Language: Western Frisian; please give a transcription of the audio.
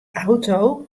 auto